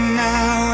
now